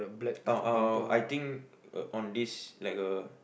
oh uh I think uh on this like a